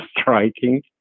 striking